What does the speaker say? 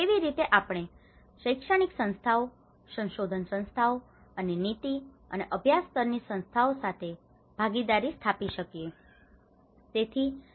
કેવી રીતે આપણે શૈક્ષણિક સંસ્થાઓ સંશોધન સંસ્થાઓ અને નીતિ અને અભ્યાસ સ્તરની સંસ્થાઓ સાથે ભાગીદારી સ્થાપી શકીએ